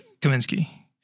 Kaminski